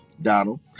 Donald